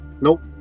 Nope